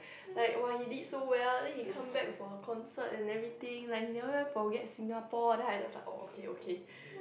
like !wah! he did so well then he come back for concert and everything like he never forget Singapore then I just like orh okay okay